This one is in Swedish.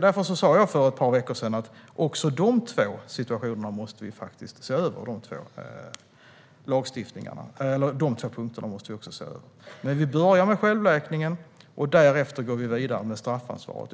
Därför sa jag för ett par veckor sedan att också dessa två punkter måste vi se över. Men vi börjar med självläkningen och därefter går vi vidare med straffansvaret.